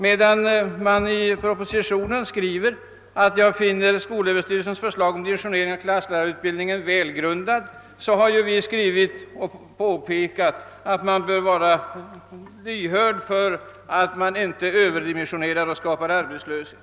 Medan det står i propositionen att man finner skolöverstyrelsens förslag om dimensionering av klasslärarutbildningen välgrundat, har utskottet skrivit att man bör vara försiktig, så att man inte Ööverdimensionerar och skapar arbetslöshet.